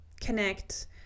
Connect